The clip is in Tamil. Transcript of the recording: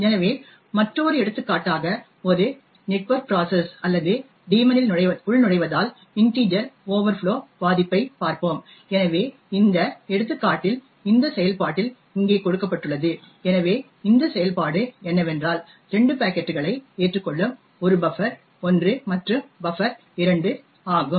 எனவே மற்றொரு எடுத்துக்காட்டாக ஒரு நெட்ஒர்க் ப்ராசஸ் அல்லது டீமனில் உள்நுழைவதால் இன்டிஜெர் ஓவர்ஃப்ளோ பாதிப்பைப் பார்ப்போம் எனவே இந்த எடுத்துக்காட்டில் இந்த செயல்பாட்டில் இங்கே கொடுக்கப்பட்டுள்ளது எனவே இந்த செயல்பாடு என்னவென்றால் 2 பாக்கெட்டுகளை ஏற்றுக்கொள்ளும் 1 பஃபர் 1 மற்றும் பஃபர் 2 ஆகும்